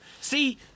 see